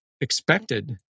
expected